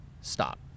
stop